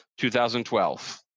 2012